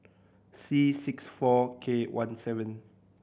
C six four K one seven